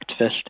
activist